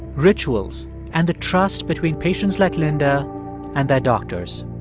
rituals and the trust between patients like linda and their doctors.